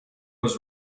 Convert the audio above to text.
was